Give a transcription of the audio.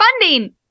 funding